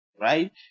right